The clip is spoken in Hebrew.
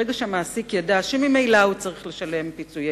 ברגע שהמעסיק ידע שממילא הוא צריך לשלם פיצויי